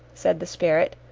said the spirit,